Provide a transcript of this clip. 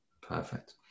Perfect